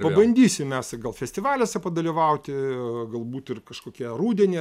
pabandysim mes gal festivaliuose padalyvauti galbūt ir kažkokią rudenį